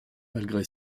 malgré